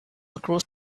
across